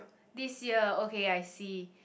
this year okay I see